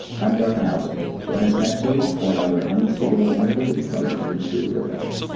i'm doug houser. join us next week for another unsuitable interview from an industry professional.